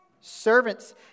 Servants